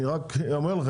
אני רק אומר לכם,